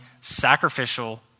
sacrificial